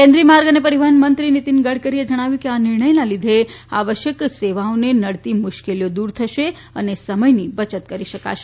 કેન્દ્રીય માર્ગ અને પરિવહન મંત્રી નીતિન ગડકરીએ જણાવ્યું છે કે આ નિર્ણયના લીધે આવશ્યક સેવાઓને નડતી મુશ્કેલીઓ દુર થશે અને સમયની બચત કરી શકાશે